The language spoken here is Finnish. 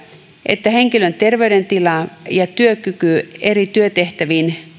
että henkilön terveydentila ja työkyky eri työtehtävissä